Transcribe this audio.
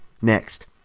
Next